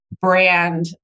brand